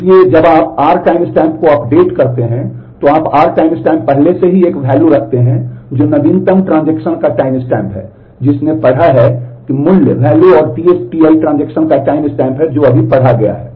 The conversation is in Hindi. इसलिए जब आप R टाइमस्टैम्प को अपडेट करते हैं तो आप R टाइमस्टैम्प पहले से ही एक मूल्य का टाइमस्टैम्प है जो अभी पढ़ा गया है